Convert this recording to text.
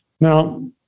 Now